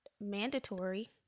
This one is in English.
mandatory